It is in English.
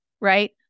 right